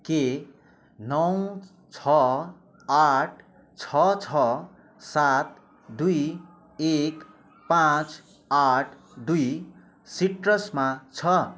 के नौ छ आठ छ छ सात दुई एक पाँच आठ दुई सिट्रसमा छ